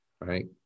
right